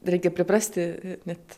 reikia priprasti net